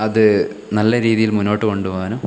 അത് നല്ല രീതിയിൽ മുന്നോട്ടു കൊണ്ടുപോകാനും